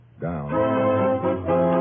down